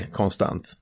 konstant